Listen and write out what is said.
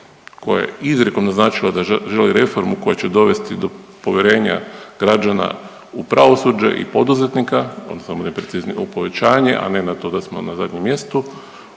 koja je izrijekom naznačila da želi reformu koja će dovesti do povjerenja građana u pravosuđe i poduzetnika odnosno da budem precizniji u povećanje, a na to da smo na zadnjem mjestu